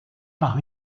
par